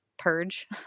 purge